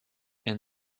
and